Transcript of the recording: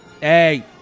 hey